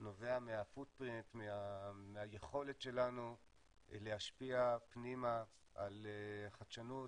נובע מהיכולת שלנו להשפיע פנימה על חדשנות,